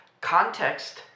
context